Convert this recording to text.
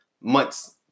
months